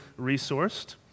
resourced